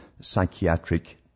psychiatric